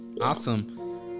Awesome